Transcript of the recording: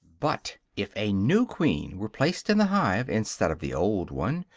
but if a new queen were placed in the hive, instead of the old one,